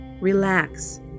relax